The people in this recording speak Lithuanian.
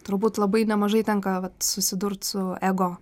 turbūt labai nemažai tenka vat susidurt su ego